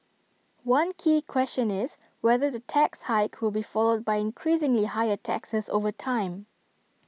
one key question is whether the tax hike will be followed by increasingly higher taxes over time